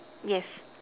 yes